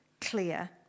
clear